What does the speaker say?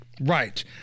Right